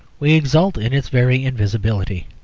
we exult in its very invisibility.